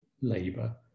labour